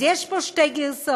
אז יש פה שתי גרסאות.